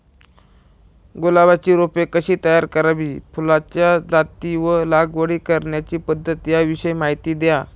गुलाबाची रोपे कशी तयार करावी? फुलाच्या जाती व लागवड करण्याची पद्धत याविषयी माहिती द्या